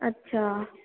अच्छा